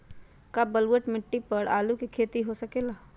का बलूअट मिट्टी पर आलू के खेती हो सकेला?